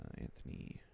Anthony